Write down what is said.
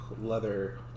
leather